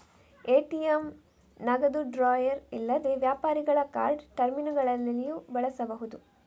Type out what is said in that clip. ATM ನಗದು drawer ಇಲ್ಲದೆ ವ್ಯಾಪಾರಿಗಳ ಕಾರ್ಡ್ ಟರ್ಮಿನಲ್ಲುಗಳಲ್ಲಿಯೂ ಬಳಸಬಹುದು